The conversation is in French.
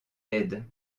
aide